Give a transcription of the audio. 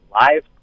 live